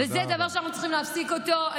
וזה דבר שאנחנו צריכים להפסיק אותו.